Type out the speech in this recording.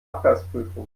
abgasprüfung